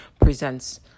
presents